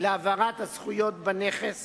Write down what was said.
להעברת הזכויות בנכס